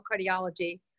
Cardiology